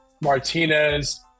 Martinez